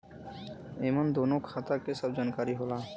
एमन दूनो खाता के सब जानकारी होला